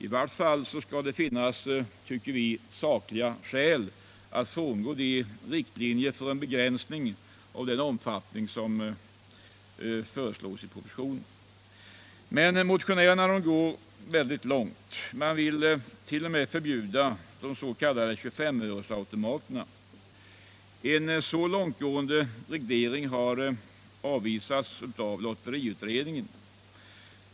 I varje fall finns det inte sakliga skäl att frångå de riktlinjer för en begränsning som föreslås i propositionen. Men motionärerna går ännu längre än så. De vill förbjuda även de s.k. 25-öresautomaterna. En så långt gående reglering har avvisats av lotteriutredningen.